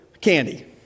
candy